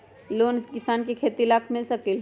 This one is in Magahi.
लोन किसान के खेती लाख मिल सकील?